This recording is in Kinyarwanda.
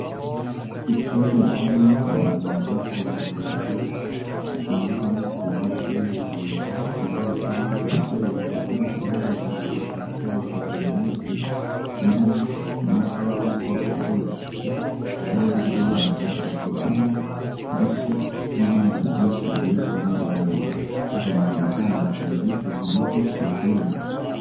Icyumba kimwe, mu nzu kwa muganga, gitangirwamo serivisi y'ubuvuzi, kiganjemo ibikoresho bikoreshwa n'abaganga mu kazi kabo ka buri munsi, birimo imashini z'ubwoko bwose, zirimo izibaga, izipima ndetse n'ibindi byinshi bikoreshwa n'abaganga, hagamijwe gutanga serivisi zinoze ku baturage.